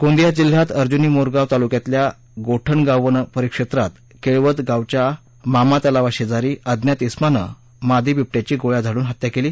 गोंदिया जिल्ह्यात अर्जनी मोरगाव तालक्यातल्या गोठणगाव वन परिक्षेत्रात केळवद गावच्या मामा तलावाशेजारी अज्ञात समान मादी विबटयाची गोळ्या झाडन हत्या केली